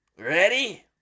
Ready